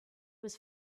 was